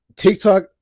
TikTok